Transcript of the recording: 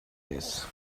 this